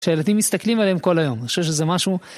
כשילדים מסתכלים עליהם כל היום, אני חושב שזה משהו...